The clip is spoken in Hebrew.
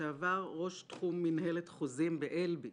לשעבר ראש תחום מנהלת חוזים ב"אלביט",